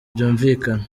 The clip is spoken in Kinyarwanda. byumvikana